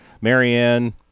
Marianne